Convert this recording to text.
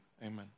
Amen